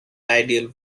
ideal